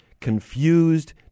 confused